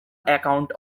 account